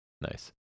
nice